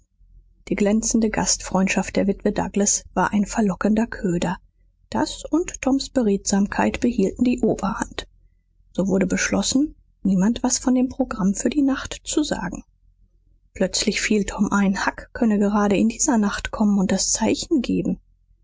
die glänzende gastfreundschaft der witwe douglas war ein verlockender köder das und toms beredsamkeit behielten die oberhand so wurde beschlossen niemand was von dem programm für die nacht zu sagen plötzlich fiel tom ein huck könne gerade in dieser nacht kommen und das zeichen geben